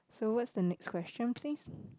so what's the next question please